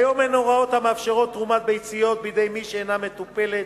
כיום אין הוראות המאפשרות תרומת ביציות בידי מי שאינה מטופלת,